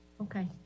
okay